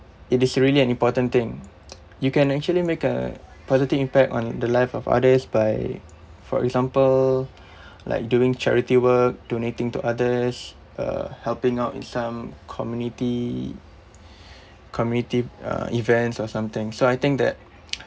it is really an important thing you can actually make a positive impact on the lives of others by for example like doing charity work donating to others uh helping out in some community community uh events or something so I think that